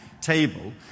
table